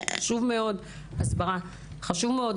ההסברה חשובה מאוד,